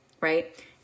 right